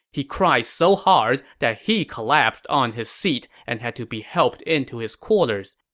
he cried so hard that he collapsed on his seat and had to be helped into his quarters.